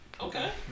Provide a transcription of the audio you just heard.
Okay